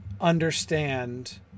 understand